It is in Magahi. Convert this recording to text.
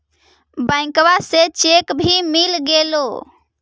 बैंकवा से चेक भी मिलगेलो?